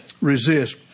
resist